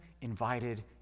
invited